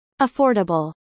Affordable